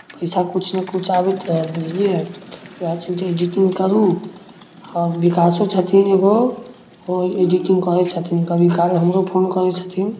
पैसा किछु ने किछु आबैत रहय बुझलियै उएह छै जे एडिटिंग करू आओर विकासो छथिन एगो ओ एडिटिंग करै छथिन कभी काल हमरो फोन करै छथिन